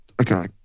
okay